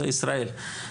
זה ישראל.